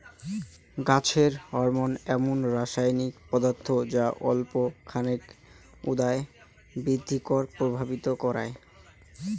গছের হরমোন এমুন রাসায়নিক পদার্থ যা অল্প খানেক উয়ার বৃদ্ধিক প্রভাবিত করায়